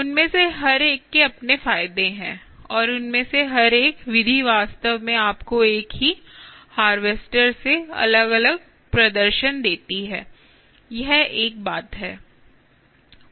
उनमें से हर एक के अपने फायदे हैं और उनमें से हर एक विधि वास्तव में आपको एक ही हार्वेस्टर से अलग अलग प्रदर्शन देती है यह एक बात है